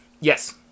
Yes